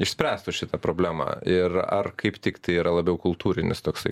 išspręstų šitą problemą ir ar kaip tiktai yra labiau kultūrinis toksai